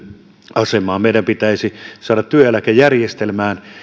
asemaa meidän pitäisi saada työeläkejärjestelmään